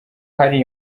hari